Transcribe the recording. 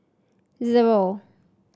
zero